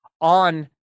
on